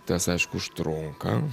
tas aišku užtrunka